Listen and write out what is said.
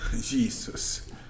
Jesus